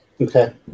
Okay